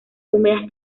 húmedas